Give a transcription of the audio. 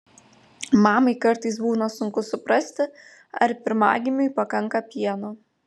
mamai kartais būna sunku suprasti ar pirmagimiui pakanka pieno